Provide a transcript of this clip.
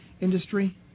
industry